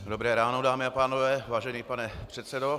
Dobré ráno, dámy a pánové, vážený pane předsedo.